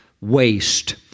waste